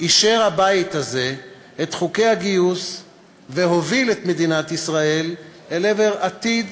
אישר הבית הזה את חוקי הגיוס והוביל את מדינת ישראל אל עבר עתיד